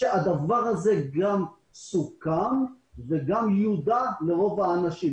שהדבר הזה גם סוכם וגם הודע לרוב האנשים.